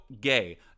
gay